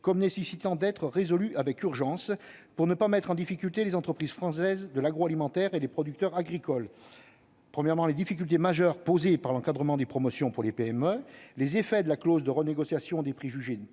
doivent être « résolus avec urgence » pour ne pas mettre en difficulté les entreprises françaises de l'agroalimentaire et les producteurs agricoles : les difficultés majeures posées par l'encadrement des promotions pour les PME ; les effets de la clause de renégociation des prix jugés